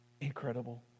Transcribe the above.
Incredible